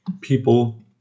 people